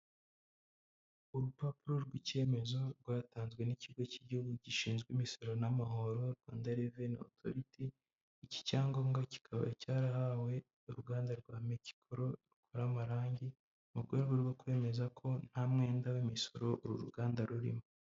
Urupapuro rw'icyemezo rwatanzwe n'ikigo cy'igihugu gishinzwe imisoro n'amahoro Rwanda Revenue Authority, iki Cyangombwa kikaba cyarahawe uruganda rwa Ameki koro gikora amarangi mu rwego rwo kwemeza ko nta mwenda w'imisoro uru ruganda rurimo.